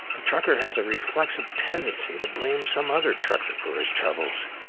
a trucker has a reflexive tendency to blame some other trucker for his troubles.